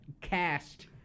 cast